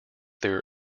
their